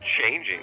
changing